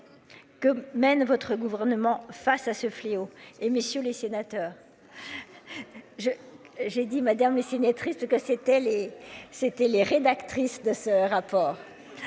Que mène votre gouvernement face à ce fléau et messieurs les sénateurs. Je j'ai dit Madame le sénatrice triste que c'était les, c'était les rédactrices de ce rapport.